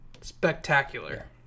spectacular